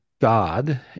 God